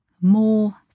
more